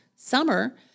summer